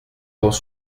temps